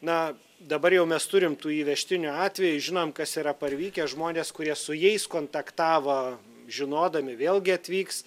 na dabar jau mes turim tų įvežtinių atvejų žinom kas yra parvykę žmonės kurie su jais kontaktavo žinodami vėlgi atvyks